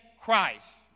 Christ